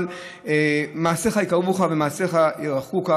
אבל מעשיך יקרבוך ומעשיך ירחקוך.